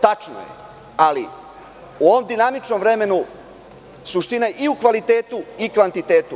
Tačno je, ali u ovom dinamičnom vremenu suština je i u kvalitetu i kvantitetu.